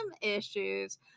issues